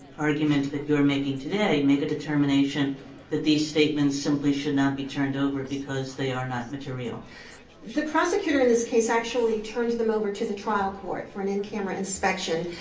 arguments that you're making today make a determination that these statements simply should not be turned over because they are not material? andrieu the prosecutor in this case actually turned them over to the trial court for an in camera inspection.